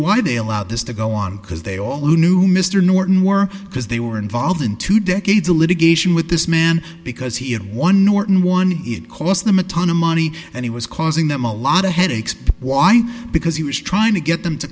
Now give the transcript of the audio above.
why they allowed this to go on because they all knew mr norton were because they were involved in two decades of litigation with this man because he had one norton one it cost them a ton of money and he was causing them a lot of headaches wind because he was trying to get them to